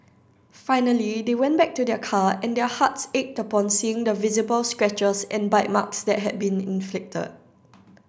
finally they went back to their car and their hearts ached upon seeing the visible scratches and bite marks that had been inflicted